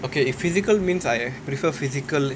okay if physical means I prefer physical leh